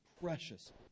precious